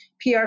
PR